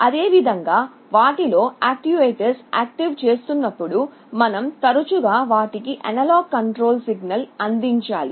అదేవిధంగా వాటిలో యాక్యుయేటర్లను యాక్టివేట్ చేస్తున్నప్పుడు మనం తరచూ వాటికి అనలాగ్ కంట్రోల్ సిగ్నల్ అందించాలి